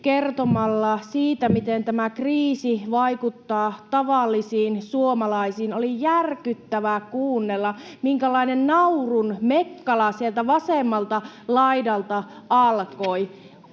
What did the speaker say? kertomalla siitä, miten tämä kriisi vaikuttaa tavallisiin suomalaisiin. Oli järkyttävää kuunnella, minkälainen naurunmekkala sieltä vasemmalta laidalta alkoi.